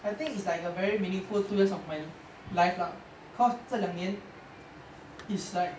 I think is like a very meaningful two years of my life lah cause 这两年 is like